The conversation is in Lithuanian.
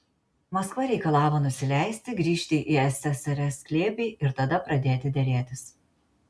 maskva reikalavo nusileisti grįžti į ssrs glėbį ir tada pradėti derėtis